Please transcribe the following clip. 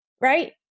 right